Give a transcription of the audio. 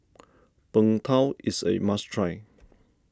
Png Tao is a must try